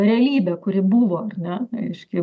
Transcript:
realybė kuri buvo ar ne reiškia